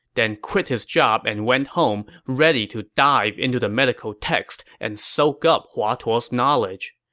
then quit his job and went home, ready to dive into the medical text and soak up hua tuo's knowledge.